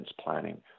planning